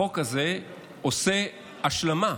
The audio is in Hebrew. החוק הזה עושה השלמה,